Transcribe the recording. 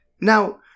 Now